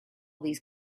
these